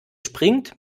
springt